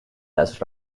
las